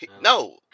no